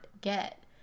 get